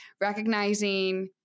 recognizing